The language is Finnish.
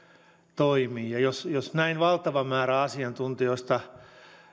toimii ja jos jos näin valtava määrä asiantuntijoita